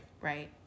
Right